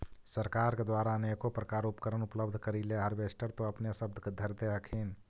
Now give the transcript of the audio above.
सरकार के द्वारा अनेको प्रकार उपकरण उपलब्ध करिले हारबेसटर तो अपने सब धरदे हखिन?